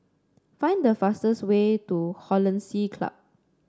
find the fastest way to Hollandse Club